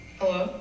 Hello